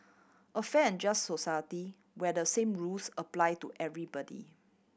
a fair and just society where the same rules apply to everybody